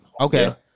okay